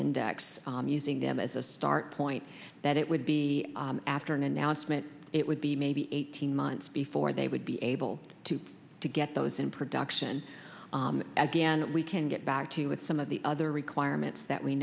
index using them as a start point that it would be after an announcement it would be maybe eighteen months before they would be able to to get those in production again we can get back to you with some of the other requirements that we